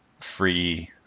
free